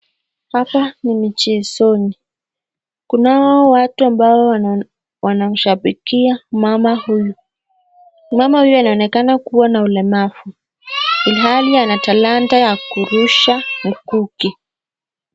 Hapa ni michezoni kunao watu ambao wanashabikia mama huyu. Mama huyu anaonekana kuwa na ulemavu ilhali ako na talanta ya kurusha mkuki.